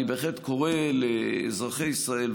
אני בהחלט קורא לאזרחי ישראל,